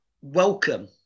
welcome